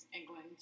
England